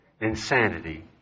insanity